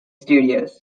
studios